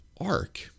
ark